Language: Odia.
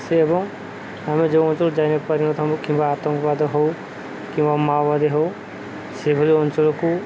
ସେ ଏବଂ ଆମେ ଯୋଉ ଅଞ୍ଚଳକୁ ଯାଇପାରୁ ନଥାଉ କିମ୍ବା ଆତଙ୍କବାଦ ହେଉ କିମ୍ବା ମାଓବାଦୀ ହେଉ ସେଭଳି ଅଞ୍ଚଳକୁ